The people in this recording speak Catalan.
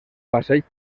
passeig